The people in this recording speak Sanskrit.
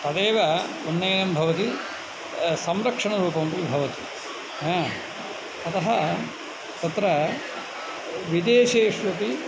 तदेव उन्नयनं भवति संरक्षणरूपमपि भवति अतः तत्र विदेशेष्वपि